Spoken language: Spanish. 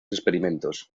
experimentos